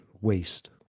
waste